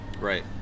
right